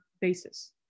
basis